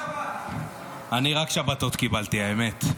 אני רק שבתות קיבלתי, האמת,